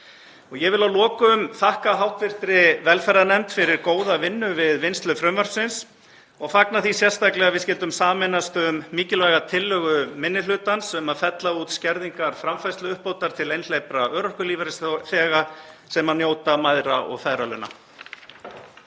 Ég vil að lokum þakka hv. velferðarnefnd fyrir góða vinnu við vinnslu frumvarpsins og fagna því sérstaklega að við skyldum sameinast um mikilvæga tillögu minni hlutans um að fella út skerðingar framfærsluuppbótar til einhleypra örorkulífeyrisþega sem njóta mæðra- og feðralauna.